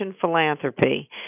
philanthropy